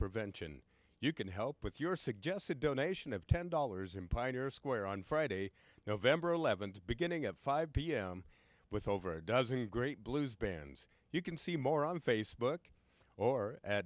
prevention you can help with your suggested donation of ten dollars in pioneer square on friday november eleventh beginning at five pm with over a dozen great blues bands you can see more on facebook or